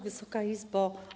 Wysoka Izbo!